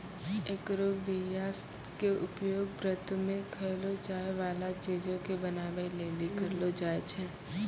एकरो बीया के उपयोग व्रतो मे खयलो जाय बाला चीजो के बनाबै लेली करलो जाय छै